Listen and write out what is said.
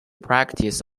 practice